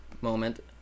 moment